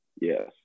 yes